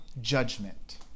judgment